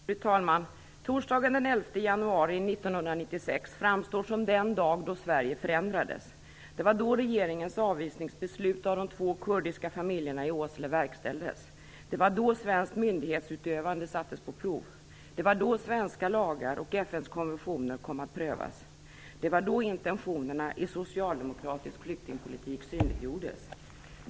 Fru talman! Torsdagen den 11 januari 1996 framstår som den dag då Sverige förändrades. Det var då regeringens beslut att avvisa de två kurdiska familjerna i Åsele verkställdes. Det var då svenskt myndighetsutövande sattes på prov. Det var då svenska lagar och FN:s konventioner kom att prövas. Det var då intentionerna i socialdemokratisk flyktingpolitik synliggjordes.